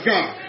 God